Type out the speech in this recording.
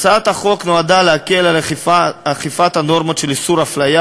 הצעת החוק נועדה להקל על אכיפת הנורמות של איסור אפליה